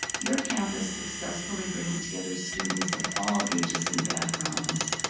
your campus successfully brings together students of all ages and backgrounds.